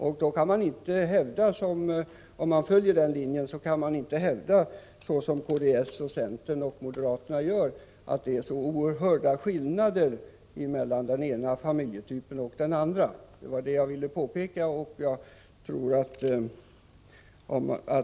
Och om man följer den linjen kan man inte hävda — vilket kds, centern och moderaterna gör — att det är så oerhört stora skillnader mellan den ena familjetypen och den andra. Det var detta jag ville påpeka.